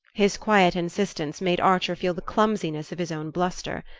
his quiet insistence made archer feel the clumsiness of his own bluster.